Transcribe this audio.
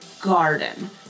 garden